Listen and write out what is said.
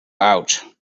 out